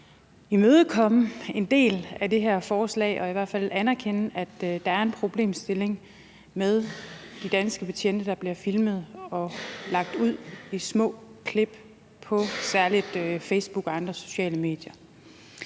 imødekomme en del af det her forslag og i hvert fald anerkende, at der er en problemstilling med de danske betjente, der bliver filmet og lagt ud i små klip på særlig Facebook og andre sociale medier.